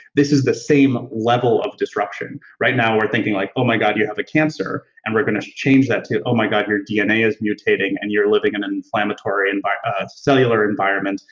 this is the same level of disruption. right now, we're thinking like, oh my god, you have the cancer, and we're gonna change that to, oh my god, your dna is mutating and you're living in an inflammatory and but cellular environment,